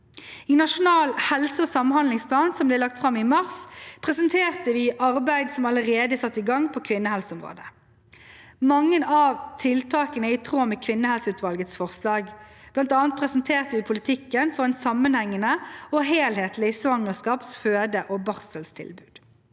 I Nasjonal helse- og samhandlingsplan, som ble lagt fram i mars, presenterte vi arbeid som allerede er satt i gang på kvinnehelseområdet. Mange av tiltakene er i tråd med kvinnehelseutvalgets forslag. Blant annet presenterte vi politikken for et sammenhengende og helhetlig svangerskaps-, føde- og barseltilbud.